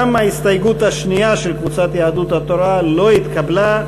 גם ההסתייגות השנייה של קבוצת יהדות התורה לא נתקבלה.